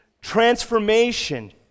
transformation